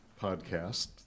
podcast